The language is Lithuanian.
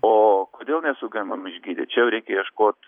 o kodėl nesugebam išgydyt čia jau reikia ieškot